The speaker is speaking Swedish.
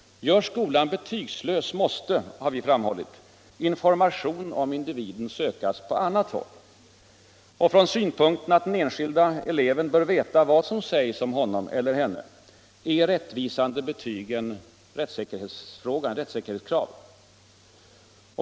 Görs skolan betygslös måste, har vi framhållit, information om individen sökas på annat håll. Från synpunkten att den enskilda eleven bör veta vad som sägs om honom eller henne är rättvisande betyg ett rättssäkerhetskrav.